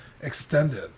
extended